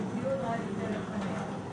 שהוא ציוד רדיו טלפון נייד.